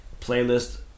playlist